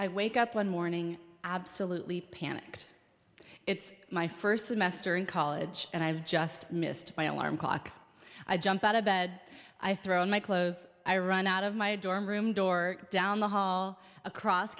i wake up one morning absolutely panicked it's my first semester in college and i've just missed by alarm clock i jump out of bed i throw my clothes i run out of my dorm room door down the ha across